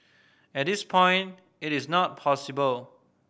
at this point it is not possible